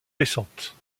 récente